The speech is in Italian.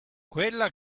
quella